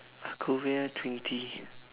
aku nya twenty